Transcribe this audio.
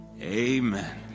amen